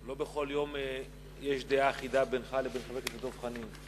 לא בכל יום יש דעה אחידה בינך לבין חבר הכנסת דב חנין.